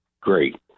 Great